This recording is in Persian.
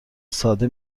ساده